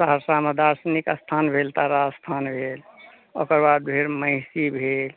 सहरसा मे दार्शनिक स्थान भेल तारा स्थान भेल ओकरबाद भेल महिषी भेल